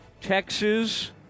Texas